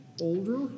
older